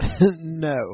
No